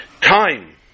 time